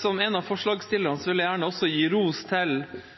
Som en av forslagsstillerne vil også jeg gjerne gi ros til en samlet komité og til saksordføreren for å ha rodd denne saken i land. Det at jeg